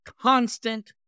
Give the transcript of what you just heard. constant